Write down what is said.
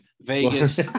Vegas